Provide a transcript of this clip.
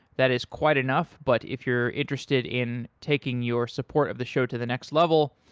that is quite enough, but if you're interested in taking your support of the show to the next level,